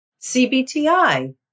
CBTI